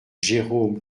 jérôme